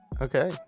Okay